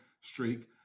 streak